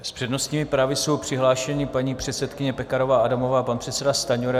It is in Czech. S přednostními právy jsou přihlášeni paní předsedkyně Pekarová Adamová a pan předseda Stanjura.